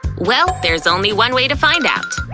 well, there's only one way to find out.